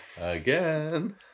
Again